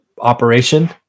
operation